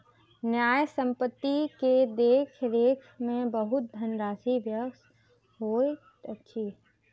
न्यास संपत्ति के देख रेख में बहुत धनराशि व्यय होइत अछि